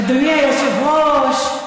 אדוני היושב-ראש,